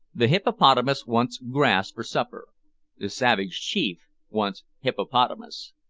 the hippopotamus wants grass for supper the savage chief wants hippopotamus.